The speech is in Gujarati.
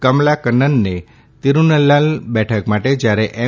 કમલાકન્નને તિરુનલ્લાલ બેઠક માટે જયારે એમ